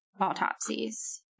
autopsies